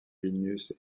vilnius